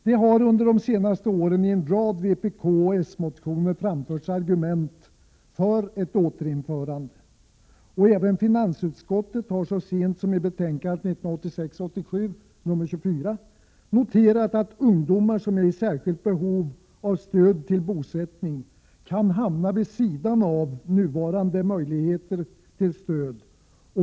Det har under de senaste åren i en rad vpkoch s-motioner framförts argument för ett återinförande, och även finansutskottet har så sent som i betänkande 1986/87:24 noterat att ungdomar som är i särskilt behov av stöd till bosättning kan hamna vid sidan av nuvarande möjligheter till stöd.